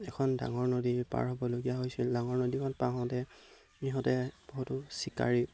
এখন ডাঙৰ নদী পাৰ হ'বলগীয়া হৈছিল ডাঙৰ নদীখন পাৰ হওঁতে সিহঁতে বহুতো চিকাৰী